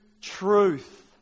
truth